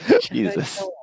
Jesus